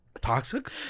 Toxic